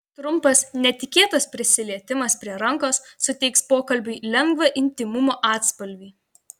trumpas netikėtas prisilietimas prie rankos suteiks pokalbiui lengvą intymumo atspalvį